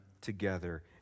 together